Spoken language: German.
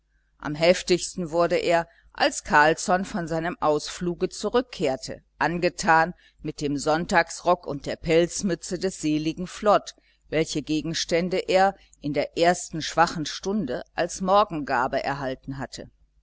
am heftigsten wurde er als carlsson von seinem ausfluge zurückkehrte angetan mit dem sonntagsrock und der pelzmütze des seligen flod welche gegenstände er in der ersten schwachen stunde als morgengabe erhalten hatte